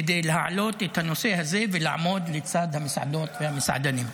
כדי להעלות את הנושא הזה ולעמוד לצד המסעדות והמסעדנים.